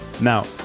Now